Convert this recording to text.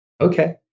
Okay